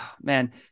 man